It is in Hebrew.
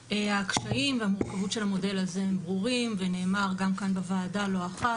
הקשיים והמורכבות של המודל הזה הם ברורים ונאמר גם כאן בוועדה לא אחת,